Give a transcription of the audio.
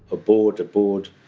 ah bawd, a bawd,